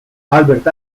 albert